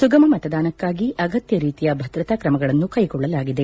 ಸುಗಮ ಮತದಾನಕ್ಕಾಗಿ ಅಗತ್ತ ರೀತಿಯ ಭದ್ರತಾ ಕ್ರಮಗಳನ್ನು ಕ್ಷೆಗೊಳ್ಳಲಾಗಿದೆ